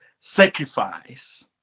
sacrifice